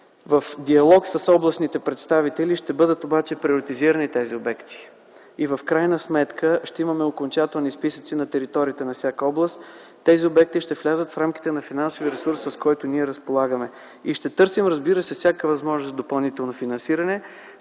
В диалог с областните представители обаче тези обекти ще бъдат приватизирани и в крайна сметка ще имаме окончателни списъци на територията на всяка област. Тези обекти ще влязат в рамките на финансовия ресурс, с който ние разполагаме, и ще търсим, разбира се, всяка възможност за допълнително финансиране.